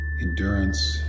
endurance